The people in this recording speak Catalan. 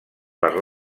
per